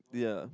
yeah